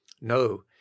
no